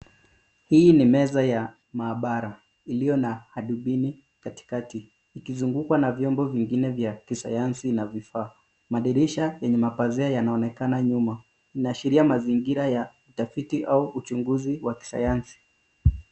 Hii ni meza ya mahabara iliyo na hadubini katikati ikizungukwa na vyombo vingine vya kisayansi na vifaa. Madirisha yenye mapazia yanaonekana nyuma, inaashiria mazingira ya utafiti au uchunguzi wa kisayansi.